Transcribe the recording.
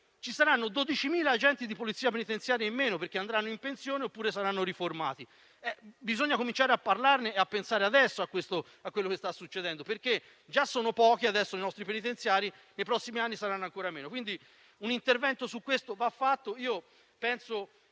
ci saranno 12.000 agenti di polizia penitenziaria in meno, perché andranno in pensione, oppure saranno riformati. Bisogna cominciare a parlarne e a pensare adesso a quello che sta accadendo, perché già sono pochi adesso nei nostri penitenziari, nei prossimi anni saranno ancora meno. Un intervento su questo va fatto.